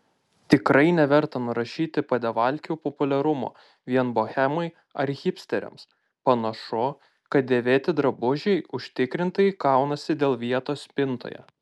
tikrai neverta nurašyti padevalkių populiarumo vien bohemai ar hipsteriams panašu kad dėvėti drabužiai užtikrintai kaunasi dėl vietos spintoje